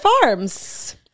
farms